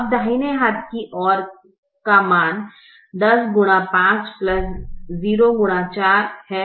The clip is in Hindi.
अब दाहिने हाथ की ओर का मान है जो 50 है